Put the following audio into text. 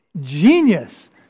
genius